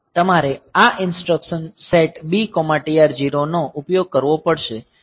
તમારે આ instruction set B TR0 નો ઉપયોગ કરવો પડશે